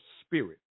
spirit